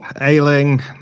Ailing